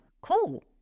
cool